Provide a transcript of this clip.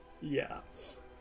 Yes